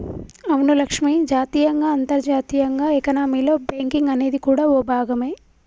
అవును లక్ష్మి జాతీయంగా అంతర్జాతీయంగా ఎకానమీలో బేంకింగ్ అనేది కూడా ఓ భాగమే